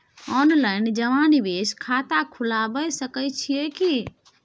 Online जमा निवेश खाता खुलाबय सकै छियै की?